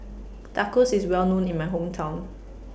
Tacos IS Well known in My Hometown